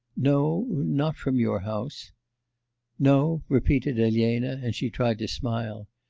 no. not from your house no? repeated elena, and she tried to smile.